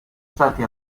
stati